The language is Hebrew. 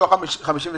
מתוך 53,